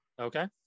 Okay